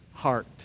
heart